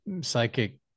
psychic